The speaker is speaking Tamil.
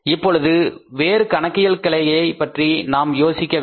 அப்பொழுது வேறு கணக்கியல் கிளையைப் பற்றி நாம் யோசிக்கவில்லை